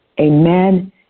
Amen